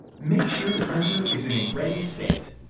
make sure the printer is in a ready state.